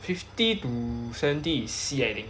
fifty to seventy is C I think